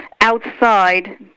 outside